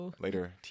later